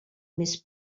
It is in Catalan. més